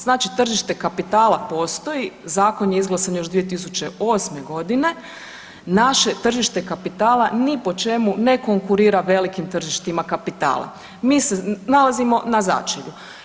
Znači tržište kapitala postoji zakon je izglasan još 2008.g. naše tržište kapitala ni po čemu ne konkurira velikim tržištima kapitala, mi se nalazimo na začelju.